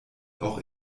auch